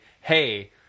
hey